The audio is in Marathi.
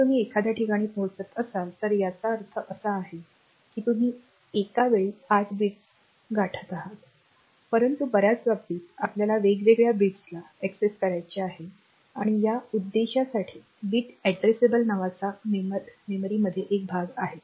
जर तुम्ही एखाद्या ठिकाणी पोहोचत असाल तर याचा अर्थ असा आहे की तुम्ही एकावेळी आठ बिट्स गाठत आहात परंतु बर्याच बाबतीत आपल्याला वेगवेगळ्या बिट्सला एक्सेस करायचे आहे आणि या उद्देशासाठी बिट एड्रेसेबल नावाचा मेमोरी मध्ये एक भाग आहे